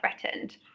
threatened